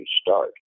start